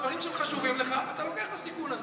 בדברים שחשובים לך אתה לוקח את הסיכון הזה.